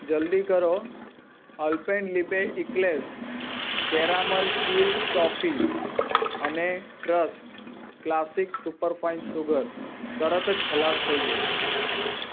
જલદી કરો Alpenliebe Eclairs caramel chew toffee અને ટ્રસ્ટ સુપરફાઈન સુગર તરત જ ખલાસ થઈ જશે